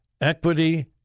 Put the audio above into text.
equity